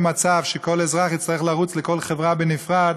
מצב שכל אזרח יצטרך לרוץ לכל חברה בנפרד